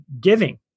giving